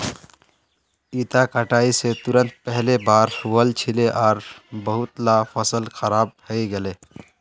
इता कटाई स तुरंत पहले बाढ़ वल छिले आर बहुतला फसल खराब हई गेले